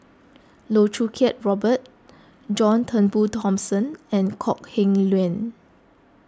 Loh Choo Kiat Robert John Turnbull Thomson and Kok Heng Leun